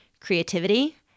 creativity